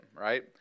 right